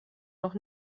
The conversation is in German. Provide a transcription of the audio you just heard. noch